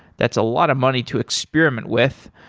that's a lot of money to experiment with.